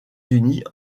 unis